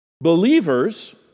Believers